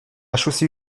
chaussée